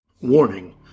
Warning